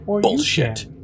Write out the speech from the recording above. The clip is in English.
bullshit